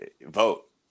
Vote